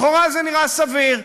לכאורה זה נראה סביר,